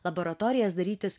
laboratorijas darytis